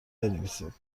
بنویسید